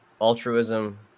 altruism